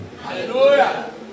Hallelujah